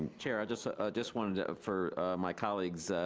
chair, just ah just wanted to, for my colleagues'